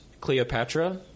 Cleopatra